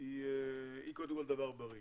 היא קודם כל דבר בריא.